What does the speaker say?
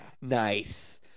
nice